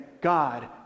God